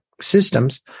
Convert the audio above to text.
systems